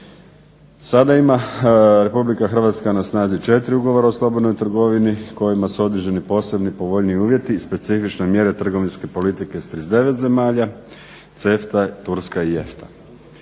Sada ima RH na snazi 4 ugovora o slobodnoj trgovini kojima su određeni posebni povoljniji uvjeti, specifične mjere trgovinske politike s 39 zemalja, CEFTA, Turska i EFTA.